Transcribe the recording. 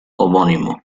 homónimo